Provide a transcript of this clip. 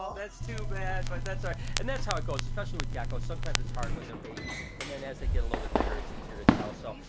that's too bad, but that's all right. and that's how it goes, especially with geckos, sometimes it's hard when they're babies, and then as they get a little bit bigger, it's easier to tell, so.